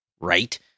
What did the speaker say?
right